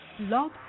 Love